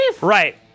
Right